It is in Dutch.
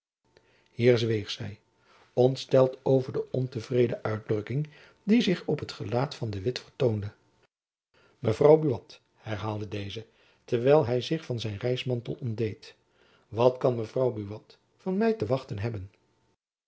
zweeg zy ontsteld over de ontevreden uitdrukking die zich op het gelaat van de witt vertoonde mevrouw buat herhaalde deze terwijl hy zich van zijn reismantel ontdeed wat kan mevrouw buat van my te wachten hebben